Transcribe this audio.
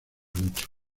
mucho